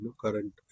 current